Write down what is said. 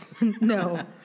No